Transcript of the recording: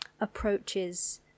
approaches